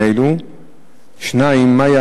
1. מה הוא הנוהל במקרים אלה?